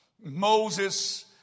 Moses